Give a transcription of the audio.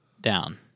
down